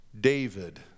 David